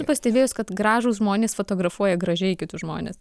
pastebėjus kad gražūs žmonės fotografuoja gražiai kitus žmones